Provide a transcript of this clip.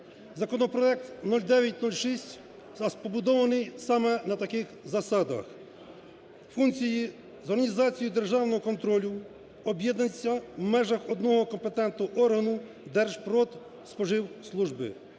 Законопроект 0906 побудований саме на таких засадах: функції з організації державного контролю об'єднуються у межах одного компетентного органу Держпродспоживслужби.